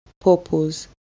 purpose